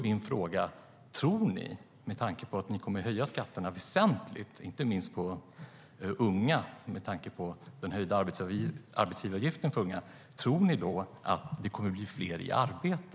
Min fråga är: Med tanke på att ni kommer att höja skatterna väsentligt - inte minst på unga, med den höjda arbetsgivaravgiften för unga - tror ni att det kommer att bli fler i arbete?